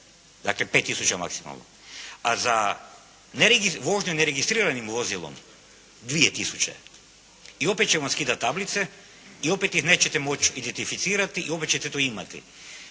Dakle 5 tisuća maksimalno. A za vožnju neregistriranim vozilom 2 tisuće i opet ćemo skidati tablice i opet ih nećete moći identificirati i opet ćete to imati.